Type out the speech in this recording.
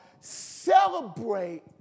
Celebrate